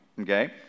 Okay